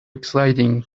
exciting